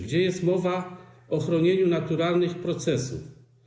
Gdzie jest mowa o chronieniu naturalnych procesów?